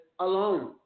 alone